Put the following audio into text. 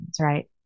right